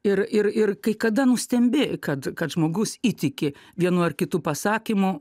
ir ir ir kai kada nustembi kad kad žmogus įtiki vienu ar kitu pasakymu